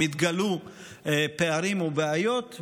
אם התגלו פערים ובעיות,